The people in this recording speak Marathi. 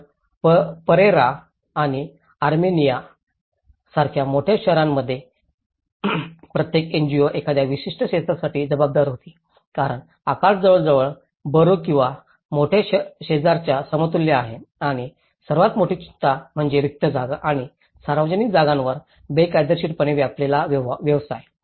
तर परेरा आणि आर्मेनियासारख्या मोठ्या शहरांमध्ये प्रत्येक एनजीओ एखाद्या विशिष्ट क्षेत्रासाठी जबाबदार होती कारण आकार जवळजवळ बरो किंवा मोठ्या शेजारच्या समतुल्य आहे आणि सर्वात मोठी चिंता म्हणजे रिक्त जागा आणि सार्वजनिक जागांवर बेकायदेशीरपणे व्यापलेला व्यवसाय